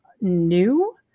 new